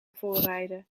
voorrijden